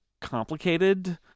complicated